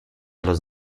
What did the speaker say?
los